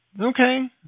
okay